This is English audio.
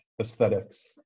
aesthetics